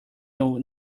your